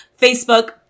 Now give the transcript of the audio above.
Facebook